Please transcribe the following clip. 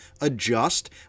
adjust